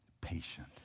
patient